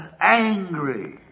angry